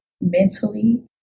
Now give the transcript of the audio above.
mentally